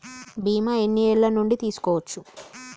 బీమా ఎన్ని ఏండ్ల నుండి తీసుకోవచ్చు?